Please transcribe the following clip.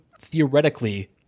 theoretically –